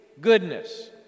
goodness